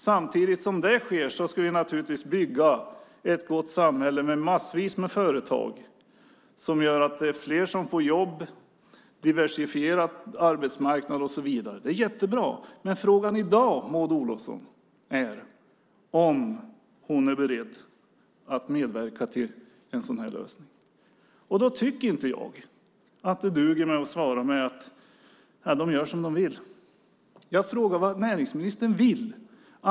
Samtidigt som det sker ska vi naturligtvis bygga ett gott samhälle med massvis av företag som gör att fler får jobb. En diversifierad arbetsmarknad och så vidare är jättebra. Men frågan i dag är om Maud Olofsson är beredd att medverka till en sådan här lösning. Då tycker inte jag att det duger att svara att de gör som de vill. Jag frågar vad näringsministern vill.